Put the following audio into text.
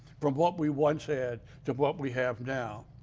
from what we once had to what we have now.